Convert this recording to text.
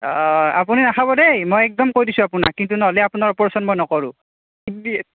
আপুনি নাখাব দেই মই একদম কৈ দিছোঁ আপোনাক কিন্তু নহ'লে আপোনাৰ অপাৰেশ্যন মই নকৰোঁ